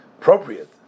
appropriate